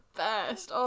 best